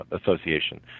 Association